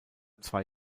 zwei